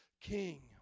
King